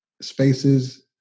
spaces